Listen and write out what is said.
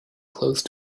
close